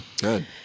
good